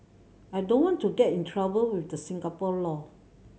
I don't want to get in trouble with the Singapore law